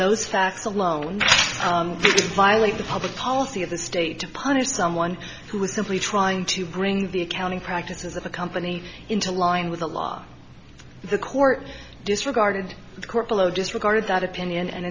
those facts alone violate the public policy of the state to punish someone who was simply trying to in the accounting practices of the company into line with the law the court disregarded the court below disregarded that opinion and